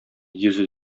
йөзе